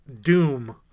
doom